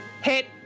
Hit